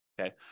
okay